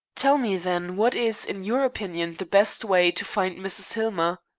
tell me, then, what is, in your opinion, the best way to find mrs. hillmer.